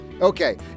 okay